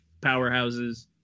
powerhouses